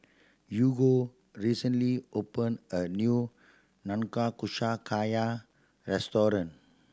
Hugo recently open a new Nanakusa Gayu restaurant